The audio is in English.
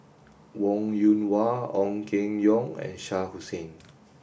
Wong Yoon Wah Ong Keng Yong and Shah Hussain